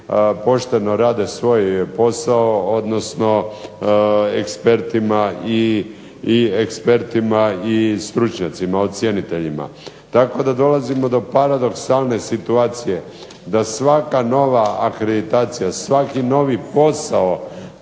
pošteno rade svoj posao, odnosno ekspertima i stručnjacima ocjeniteljima. Tako da dolazimo do paradoksalne situacije da svaka nova akreditacija, svaki novi posao